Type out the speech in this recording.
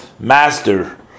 Master